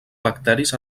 bacteris